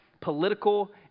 political